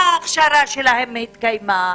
ההכשרה שלהם התקיימה.